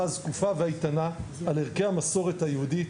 הזקופה והאיתנה על ערכי המסורת היהודית,